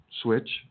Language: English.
switch